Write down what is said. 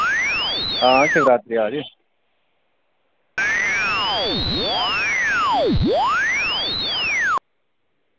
हां शिवरात्री आ दी